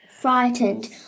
Frightened